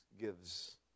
gives